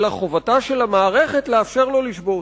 אלא חובתה של המערכת לאפשר לו לשבות.